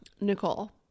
Nicole